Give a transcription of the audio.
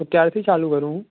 તો ક્યારથી ચાલુ કરું હું